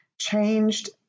changed